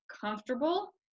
comfortable